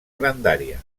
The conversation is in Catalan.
grandària